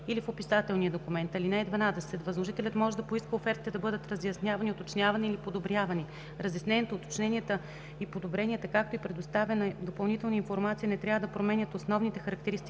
или в описателния документ. (12) Възложителят може да поиска офертите да бъдат разяснявани, уточнявани или подобрявани. Разясненията, уточненията и подобренията, както и предоставена допълнителна информация не трябва да променят основните характеристики